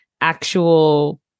actual